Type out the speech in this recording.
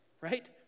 right